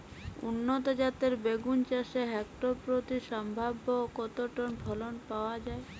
উন্নত জাতের বেগুন চাষে হেক্টর প্রতি সম্ভাব্য কত টন ফলন পাওয়া যায়?